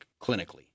clinically